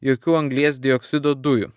jokių anglies dioksido dujų